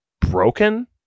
Broken